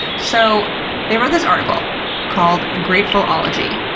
so they wrote this article called grateful-ology.